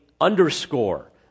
underscore